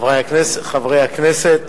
חברי הכנסת,